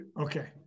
Okay